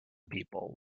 people